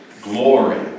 glory